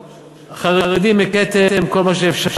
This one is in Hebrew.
חרדים הכיתם, בכל מה שאפשר: